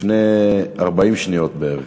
לפני 40 שניות בערך?